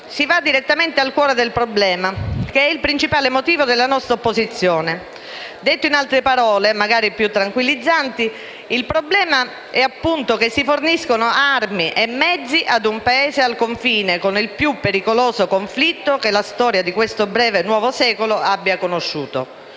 si va direttamente al cuore del problema, che è il principale motivo della nostra opposizione. Detto in altre parole, magari più tranquillizzanti, il problema è appunto che si forniscono armi e mezzi ad un Paese al confine con il più pericoloso conflitto che la storia di questo breve e nuovo secolo abbia conosciuto.